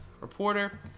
reporter